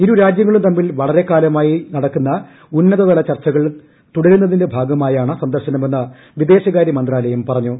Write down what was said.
ഇരൂരാജ്യങ്ങളും തമ്മിൽ വളരെക്കാലമായി നടക്കുന്ന ഉന്നത്തല ചർച്ചകൾ തുടരുന്നതിന്റെ ഭാഗമായാണ് സന്ദർശനമെന്ന് വിദേശകാര്യ മന്ത്രാലയം പറഞ്ഞു